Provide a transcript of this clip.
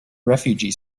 refugee